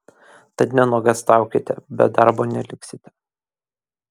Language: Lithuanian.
tad nenuogąstaukite be darbo neliksite